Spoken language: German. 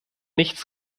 nichts